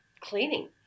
cleaning